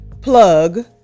plug